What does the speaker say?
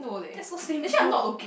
that's so simple